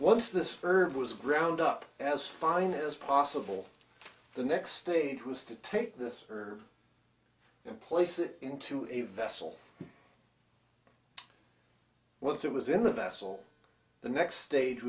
once this herb was ground up as fine as possible the next stage was to take this earth and place it into a vessel once it was in the bessel the next stage